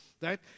right